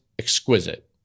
exquisite